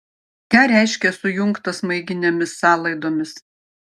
ką reiškia sujungta smaiginėmis sąlaidomis